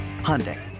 Hyundai